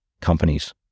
companies